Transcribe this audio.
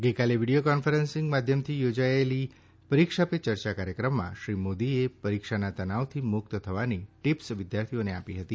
ગઈકાલે video conferencing માધ્યમથી યોજાયેલ પરીક્ષા પે ચર્ચા કાર્યક્રમમાં શ્રી મોદીએ પરીક્ષાના તનાવથી મુક્ત થવાની ટિપ્સ વિદ્યાર્થીઓને આપી હતી